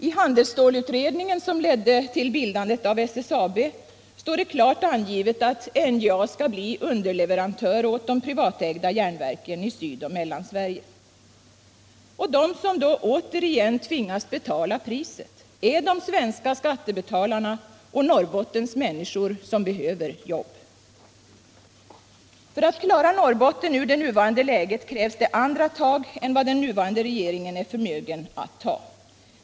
I handelsstålutredningen, som ledde till bildandet av SSAB, står det klart angivet att NJA skall bli underleverantör åt de privatägda järnverken i Sydoch Mellansverige. De som återigen tvingas betala priset är de svenska skattebetalarna och Norrbottens människor som behöver jobb. För att klara Norrbotten ur det nuvarande läget krävs andra tag än den nuvarande regeringen är förmögen att ta.